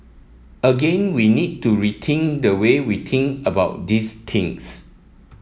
again we need to waiting the way we waiting about these things